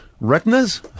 Retinas